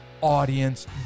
audience